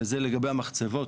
וזה לגבי המחצבות.